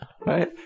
right